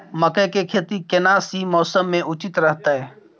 मकई के खेती केना सी मौसम मे उचित रहतय?